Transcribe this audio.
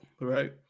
right